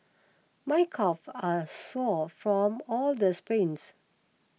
my calve are sore from all the sprints